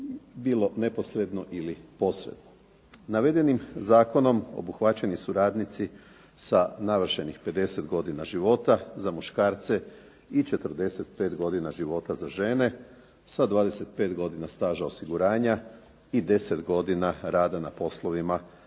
bilo neposredno ili posredno. Navedenim zakonom obuhvaćeni su radnici sa navršenih 50 godina života za muškarce i 45 godina života za žene, sa 25 godina staža osiguranja i 10 godina rada na poslovima